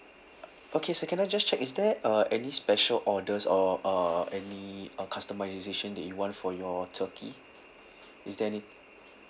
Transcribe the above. okay sir can I just check is there uh any special orders or uh any uh customisation did you want for your turkey is there any